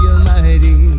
Almighty